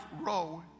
row